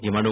જેમાં ડો